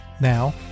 Now